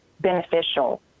beneficial